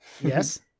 Yes